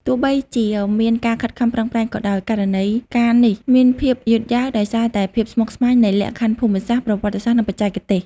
ទោះបីជាមានការខិតខំប្រឹងប្រែងក៏ដោយ ដំណើរការនេះមានភាពយឺតយ៉ាវ ដោយសារតែភាពស្មុគស្មាញនៃលក្ខខណ្ឌភូមិសាស្ត្រ ប្រវត្តិសាស្ត្រ និងបច្ចេកទេស។